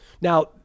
Now